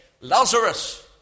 Lazarus